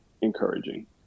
encouraging